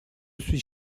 suis